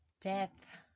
Death